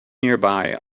nearby